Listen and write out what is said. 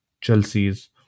Chelsea's